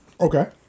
Okay